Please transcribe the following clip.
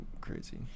crazy